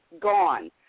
gone